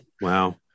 Wow